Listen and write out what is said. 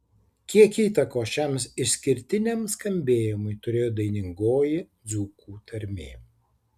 kiek įtakos šiam išskirtiniam skambėjimui turėjo dainingoji dzūkų tarmė